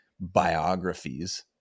biographies